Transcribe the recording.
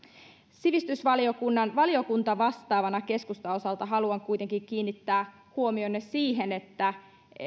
sivistysvaliokunnan valiokuntavastaavana keskustan osalta haluan kuitenkin kiinnittää huomionne siihen että